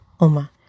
Oma